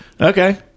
Okay